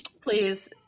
Please